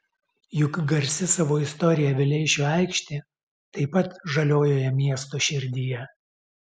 juk garsi savo istorija vileišio aikštė taip pat žaliojoje miesto širdyje